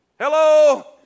Hello